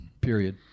period